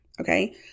Okay